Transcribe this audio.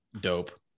dope